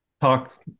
talk